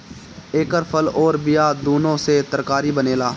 एकर फल अउर बिया दूनो से तरकारी बनेला